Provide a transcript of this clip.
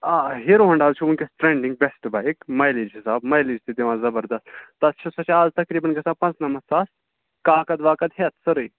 آ Hero Honda حظ چھِ وٕنۍکٮ۪س ٹرٛٮ۪نٛڈِنٛگ بٮ۪سٹ بایک مَیلیج حِساب مَیلیج تہِ دِوان زبردَس تَتھ چھُ سۄ چھےٚ آز تقریٖباً گَژھان پانٛژھ نَمَتھ ساس کاکد واکد ہٮ۪تھ سٲرٕے